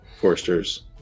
Foresters